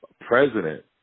president